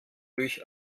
durch